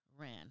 ran